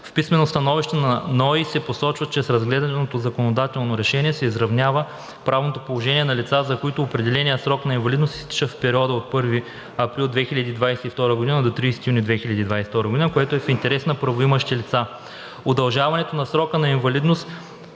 институт се посочва, че с разглежданото законодателно решение се изравнява правното положение на лицата, за които определеният срок на инвалидност изтича в периода от 1 април 2022 г. до 30 юни 2022 г., което е в интерес на правоимащите лица.